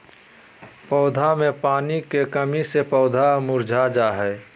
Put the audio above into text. पौधा मे पानी के कमी से पौधा मुरझा जा हय